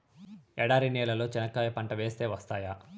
ఎడారి నేలలో చెనక్కాయ పంట వేస్తే వస్తాయా?